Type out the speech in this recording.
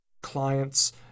clients